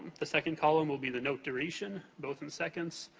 the second column will be the note duration, both in seconds.